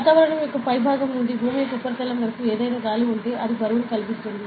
వాతావరణం యొక్క పైభాగం నుండి భూమి యొక్క ఉపరితలం వరకు ఏదైనా గాలి ఉంటే అది బరువును కలిగిస్తుంది